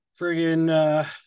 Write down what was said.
friggin